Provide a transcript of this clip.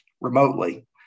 remotely